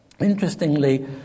interestingly